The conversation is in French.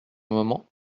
moment